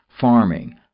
farming